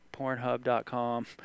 Pornhub.com